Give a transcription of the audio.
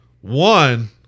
One